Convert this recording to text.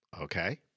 Okay